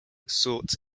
sought